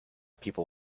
people